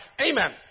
Amen